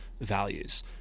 values